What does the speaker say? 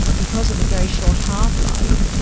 because of a very short half-life,